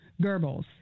Goebbels